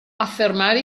affermare